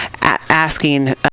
asking